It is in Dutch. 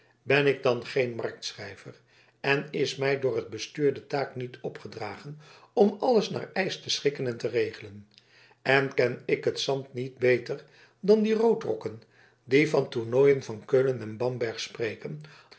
ben ik dan geen marktschrijver en is mij door het bestuur de taak niet opgedragen om alles naar eisch te schikken en te regelen en ken ik het zand niet beter dan die roodrokken die van tornooien van keulen en bamberg spreken